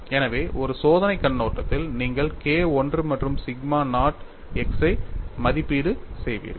எனவே ஒரு சோதனைக் கண்ணோட்டத்தில் நீங்கள் K I மற்றும் சிக்மா நாட் x ஐ மதிப்பீடு செய்வீர்கள்